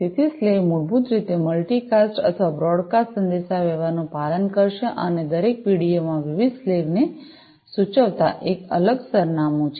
તેથી સ્લેવ મૂળભૂત રીતે મલ્ટિકાસ્ટ અથવા બ્રોડકાસ્ટ સંદેશાવ્યવહારનું પાલન કરશે અને દરેક પીડીઓ માં વિવિધ સ્લેવ ને સૂચવતા એક અલગ સરનામું છે